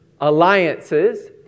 alliances